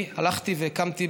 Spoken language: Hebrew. אני הלכתי והקמתי,